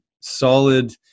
solid